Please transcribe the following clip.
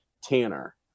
tanner